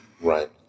Right